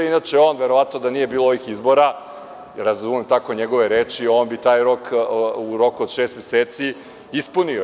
Inače on verovatno da nije bilo ovih izbora, razumem tako njegove reči, on bi taj rok od šest meseci ispunio.